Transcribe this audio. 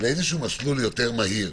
לאיזשהו מסלול יותר מהיר,